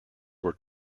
were